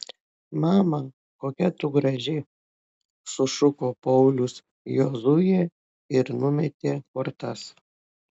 mama kokia tu graži sušuko paulius jozuė ir numetė kortas